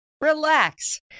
Relax